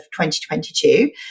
2022